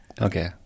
Okay